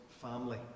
family